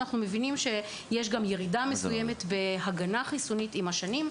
אנחנו מבינים שיש ירידה מסוימת בהגנה חיסונית עם השנים.